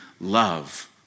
love